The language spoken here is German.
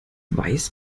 weiß